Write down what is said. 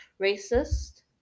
racist